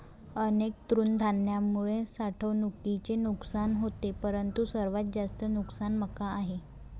अनेक तृणधान्यांमुळे साठवणुकीचे नुकसान होते परंतु सर्वात जास्त नुकसान मका आहे